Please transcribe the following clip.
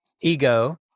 ego